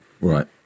Right